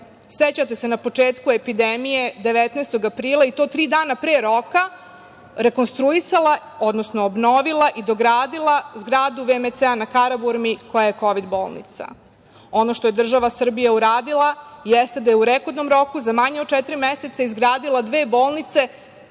sećate se na početku epidemije 19. aprila, i to tri dana pre roka, rekonstruisala, odnosno obnovila i dogradila zgradu VMC-a na Karaburmi koja je kovid bolnica. Ono što je država Srbija uradila jeste da je u rekordnom roku za manje od četiri meseca izgradila dve bolnice